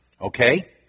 okay